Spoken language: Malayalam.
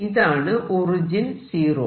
ഇതാണ് ഒറിജിൻ സീറോ